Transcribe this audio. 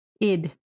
Id